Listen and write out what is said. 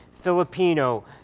Filipino